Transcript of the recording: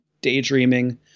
daydreaming